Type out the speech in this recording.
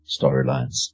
storylines